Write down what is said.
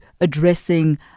addressing